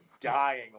dying